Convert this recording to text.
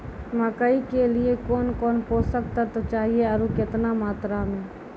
मकई के लिए कौन कौन पोसक तत्व चाहिए आरु केतना मात्रा मे?